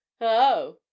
Oh